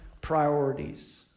priorities